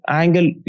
angle